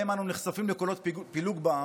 שבהם אנו נחשפים לקולות פילוג בעם,